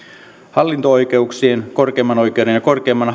hallinto oikeuksien korkeimman oikeuden ja korkeimman